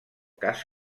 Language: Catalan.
cas